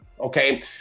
okay